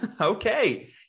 Okay